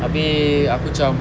abeh aku cam